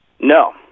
No